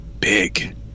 Big